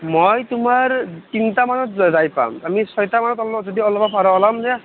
মই তোমাৰ তিনিটা মানত যাই পাম আমি ছয়টা মানত যদি ওলবা পাৰ' ওলাম দিয়া